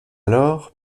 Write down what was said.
alors